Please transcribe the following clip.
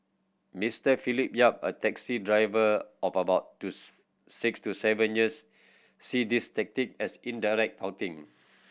Mister Philip Yap a taxi driver of about to six to seven years see these tactic as indirect touting